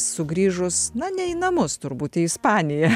sugrįžus na ne į namus turbūt į ispaniją